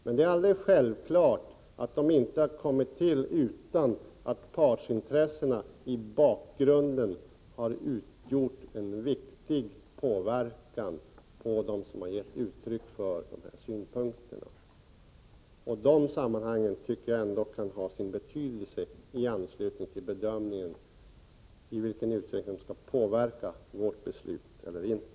Men det är alldeles självklart att de inte har tillkommit utan att partsintressena i bakgrunden har utgjort en viktig påverkan på dem som har gett uttryck för dessa synpunkter. De sammanhangen tycker jag ändå kan ha en betydelse i anslutning till bedömningen av i vilken utsträckning de skall tillåtas påverka vårt beslut.